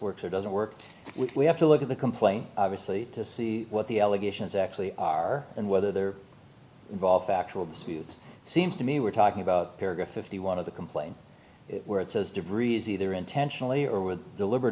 works or doesn't work we have to look at the complaint obviously to see what the allegations actually are and whether they're involved factual disputes it seems to me we're talking about paragraph fifty one of the complaint where it says degrees either intentionally or with deliber